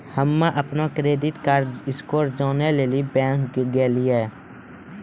हम्म अपनो credit card score जानै लेली बैंक गेलियै